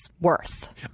worth